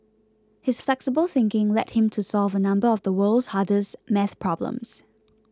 his flexible thinking led him to solve a number of the world's hardest math problems